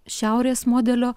šiaurės modelio